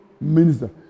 minister